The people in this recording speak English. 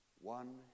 One